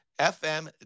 FM